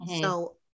So-